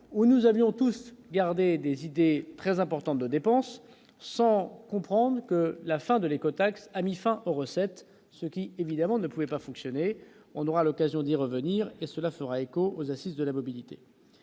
où nous avions tous garder des idées très important de dépenses sans comprendre que la fin de l'écotaxe a mis fin aux recettes, ce qui évidemment ne pouvait pas fonctionner, on aura l'occasion d'y revenir et cela fera écho aux Assises de la mobilité